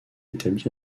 établir